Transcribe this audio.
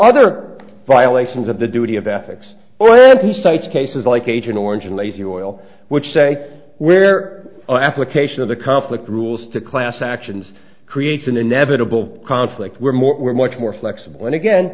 other violations of the duty of ethics or and he cites cases like agent orange and lazy oil which say where an application of the conflict rules to class actions creates an inevitable conflict were more were much more flexible and again